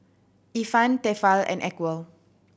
Ifan Tefal and Acwell